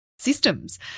systems